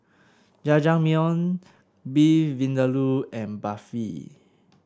Jajangmyeon Beef Vindaloo and Barfi